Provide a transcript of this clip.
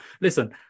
listen